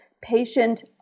patient